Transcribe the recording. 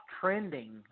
trending